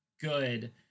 good